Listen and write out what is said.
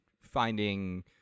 finding